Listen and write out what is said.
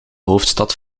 hoofdstad